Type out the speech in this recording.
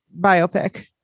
biopic